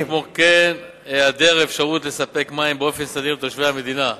כמו גם העדר אפשרות לספק מים באופן סדיר לתושבי המדינה.